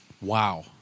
Wow